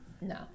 No